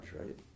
right